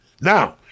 Now